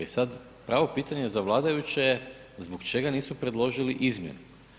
I sad pravo pitanje za vladajuće je zbog čega nisu predložili izmjene?